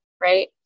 right